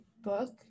Book